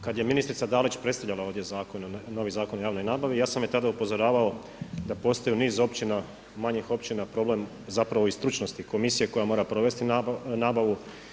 Kad je ministrica Dalić predstavljala ovdje novi Zakon o javnoj nabavi, ja sam je tada upozoravao da postoji niz općina, manjih općina, problem zapravo i stručnosti, komisije koja mora provesti nabavu.